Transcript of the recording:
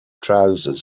trousers